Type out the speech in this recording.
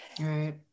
Right